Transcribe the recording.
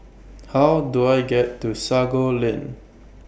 How Do I get to Sago Lane